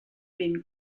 been